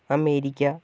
America